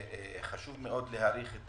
חשוב מאוד להאריך את